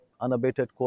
unabated